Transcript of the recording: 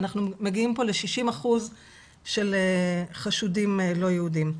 אנחנו מגיעים פה ל-60% של חשודים לא יהודים.